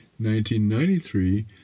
1993